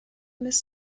miss